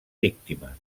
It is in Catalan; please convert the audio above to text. víctimes